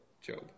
Job